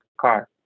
car